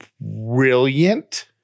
brilliant